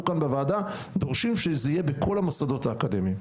כאן בוועדה דורשים שזה יהיה בכל המוסדות האקדמיים.